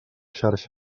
xarxa